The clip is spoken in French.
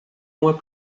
mois